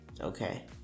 okay